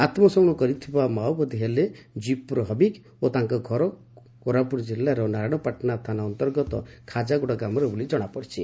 ଆମ୍ ସମର୍ପଶ କରିଥିବା ମାଓବାଦୀ ହେଲେ ଜିପ୍ରୋ ହବିକା ଓ ତାଙ୍କ ଘର କୋରାପସ୍ୱଙ୍କ କିଲ୍ଲାର ନାରାୟଶପାଟଣା ଥାନା ଅନ୍ତର୍ଗତ ଖାଜାଗୁଡ଼ା ଗ୍ରାମରେ ବୋଲି ଜଶାପଡ଼ିଛି